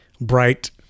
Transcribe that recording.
bright